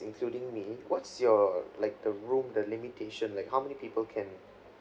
including me what's your like the room the limitation like how many people can